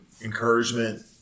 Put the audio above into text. encouragement